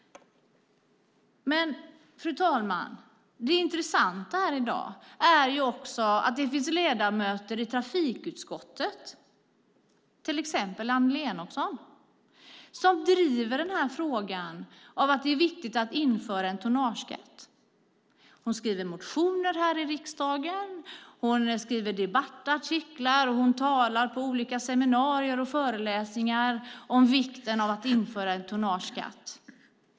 Det intressanta här i dag, fru talman, är att det finns ledamöter i trafikutskottet, till exempel Annelie Enochson, som driver frågan och menar att det är viktigt att införa en tonnageskatt. Hon skriver motioner här i riksdagen, hon skriver debattartiklar och hon talar på olika seminarier och föreläsningar om vikten av att införa en tonnageskatt.